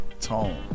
tone